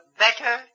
better